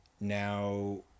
now